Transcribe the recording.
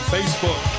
Facebook